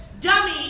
dummy